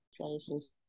places